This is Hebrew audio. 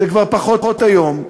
זה כבר פחות היום,